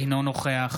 אינו נוכח